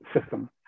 system